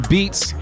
Beats